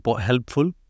helpful